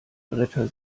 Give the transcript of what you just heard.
bretter